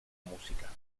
música